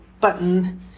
button